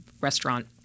restaurant